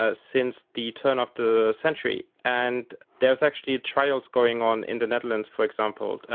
ah since the turn of the century. and there's actually trials going on in the netherlands, for example,